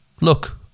Look